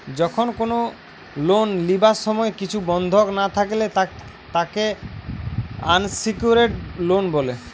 যখন কোনো লোন লিবার সময় কিছু বন্ধক না থাকলে তাকে আনসেক্যুরড লোন বলে